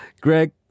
Greg